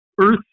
earth